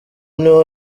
niho